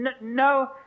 No